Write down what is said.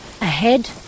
ahead